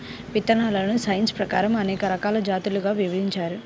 విత్తనాలను సైన్స్ ప్రకారం అనేక రకాల జాతులుగా విభజించారు